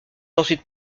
ensuite